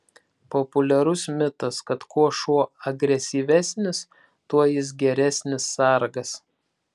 populiarus mitas kad kuo šuo agresyvesnis tuo jis geresnis sargas